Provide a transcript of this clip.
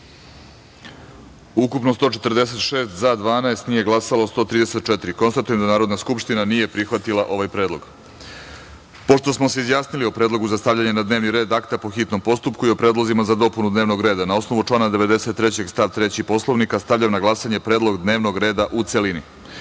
ukupno – 146, za – 12, nije glasalo – 134.Konstatujem da Narodna skupština nije prihvatila ovaj predlog. Pošto smo se izjasnili o Predlogu za stavljanje na dnevni red akta po hitnom postupku i o predlozima za dopunu dnevnog reda, na osnovu člana 93. stav 3. Poslovnika stavljam na glasanje Predlog dnevnog reda u celini. Molim